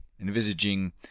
envisaging